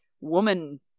woman